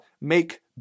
make